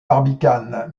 barbicane